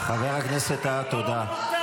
חבר הכנסת טאהא, תודה.